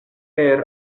per